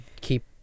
keep